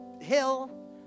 hill